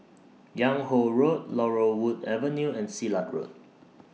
Yung Ho Road Laurel Wood Avenue and Silat Road